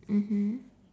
mmhmm